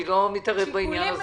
אני לא מתערב בעניין הזה.